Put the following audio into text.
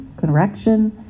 correction